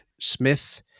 Smith